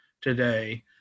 today